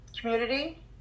community